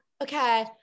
okay